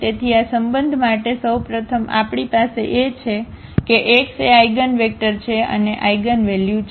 તેથી આ સંબંધ માટે સૌ પ્રથમ આપણી પાસે એ છે કે x એ આઇગનવેક્ટર છે અને એઇગનવેલ્યુ છે